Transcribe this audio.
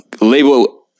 label